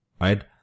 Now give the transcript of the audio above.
right